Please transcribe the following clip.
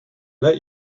let